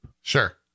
Sure